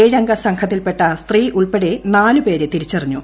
ഏഴംഗസംഘത്തിൽപെട്ട സ്ത്രീഉൾപ്പടെ നാല് പേരെ തിരിച്ചുറിഞ്ഞു